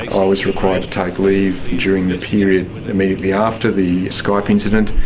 i was required to take leave during the period immediately after the skype incident,